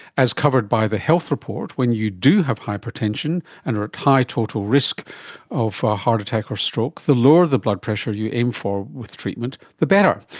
as covered by the health report, when you do have hypertension and are at high total risk of heart attack or stroke, the lower the blood pressure you aim for with treatment the better.